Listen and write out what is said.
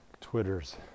Twitter's